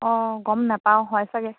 অঁ গম নাপাওঁ হয় চাগে